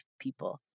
people